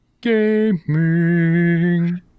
gaming